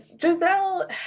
Giselle